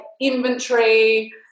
inventory